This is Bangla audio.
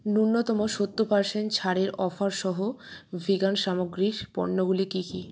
ন্যূনতম সত্তর পার্সেন্ট ছাড়ের অফারসহ ভিগান সামগ্রীর পণ্যগুলি কী কী